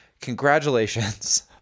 congratulations